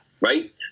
Right